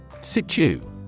Situ